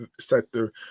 sector